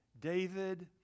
David